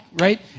right